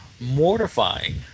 mortifying